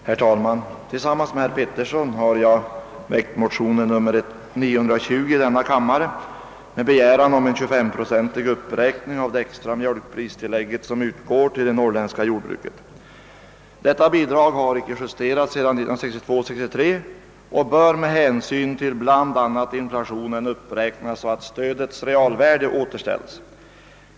Herr talman! Tillsammans med herr Petersson har jag väckt motionen II: 920 — likalydande med motionen I: 718 — med begäran om en 25-procentig uppräkning av det extra mjölkpristillägg som utgår till det norrländska jordbruket. Detta bidrag har icke justerats sedan budgetåret 1962/63 och bör med hänsyn till bl.a. inflationen uppräknas, så att stödets realvärde återställs.